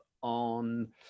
on